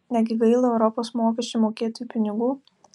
negi gaila europos mokesčių mokėtojų pinigų